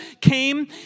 came